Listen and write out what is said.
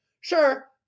Sure